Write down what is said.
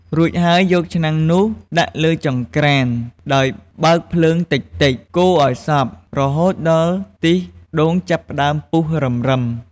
រួចហើយ យកឆ្នាំងនោះដាក់លើចង្ក្រានដោយបើកភ្លើងតិចៗ កូរឲ្យសព្វ រហូតដល់ខ្ទិះដូងចាប់ផ្ដើមពុះរឹមៗ។